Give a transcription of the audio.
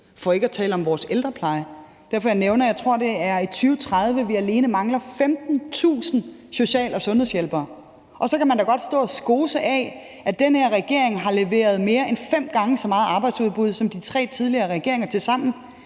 for ikke at tale om vores ældrepleje. Det er derfor, jeg nævner, at vi alene i 2030, tror jeg det er, vil mangle 15.000 social- og sundhedshjælpere. Så kan man da godt stå og skose det, at den her regering har leveret mere end fem gange så meget arbejdsudbud som de tre tidligere regeringer tilsammen.